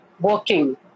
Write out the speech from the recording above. working